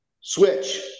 switch